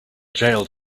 jailed